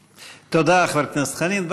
תודה, חבר הכנסת חנין.